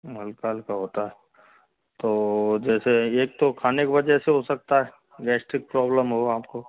हल्का हल्का होता है तो जैसे एक तो खाने के बाद जैसे हो सकता है गैस्ट्रिक प्रॉबलम होगा आपको